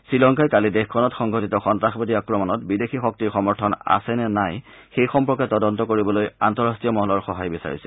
শ্ৰীলংকাই কালি দেশখনত সংঘটিত সন্তাসবাদী আক্ৰমণত বিদেশী শক্তিৰ সমৰ্থন আছে নে নাই সেই সম্পৰ্কে তদন্ত কৰিবলৈ আন্তঃৰাষ্ট্ৰীয় মহলৰ সহায় বিচাৰিছে